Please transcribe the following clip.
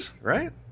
right